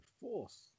force